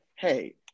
Hey